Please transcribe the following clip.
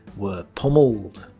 were pummelled.